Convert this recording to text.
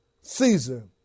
Caesar